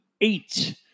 eight